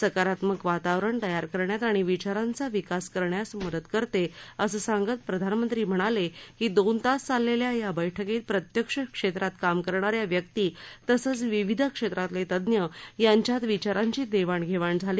सकारात्मक वातावरण तयार करण्यात आणि विचारांचा विकास करण्यास मदत करते असं सांगत प्रधानमंत्री म्हणाले की दोन तास चाललेल्या या बैठकीत प्रत्यक्ष क्षेत्रात काम करणा या व्यक्ती तसंच विविध क्षेत्रातले तज्ञ यांच्यात विचारांची देवाण घेवाण झाली